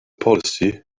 policy